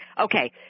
Okay